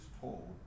told